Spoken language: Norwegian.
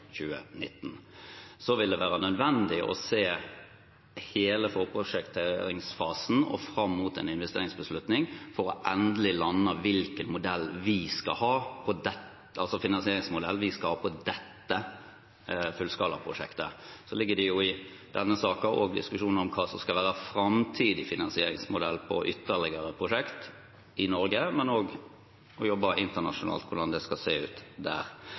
2019. Så vil det være nødvendig å se på hele forprosjekteringsfasen og fram mot en investeringsbeslutning for endelig å lande hvilken finansieringsmodell vi skal ha på dette fullskalaprosjektet. Det ligger jo i denne saken også en diskusjon om hva som skal være en framtidig finansieringsmodell på ytterligere prosjekter i Norge, men også på jobber internasjonalt – hvordan det skal se ut der.